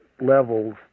levels